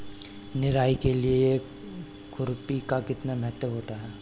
निराई के लिए खुरपी का कितना महत्व होता है?